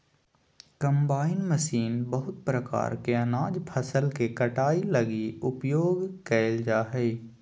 combine machine बहुत प्रकार के अनाज फसल के कटाई लगी उपयोग कयल जा हइ